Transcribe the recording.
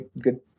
good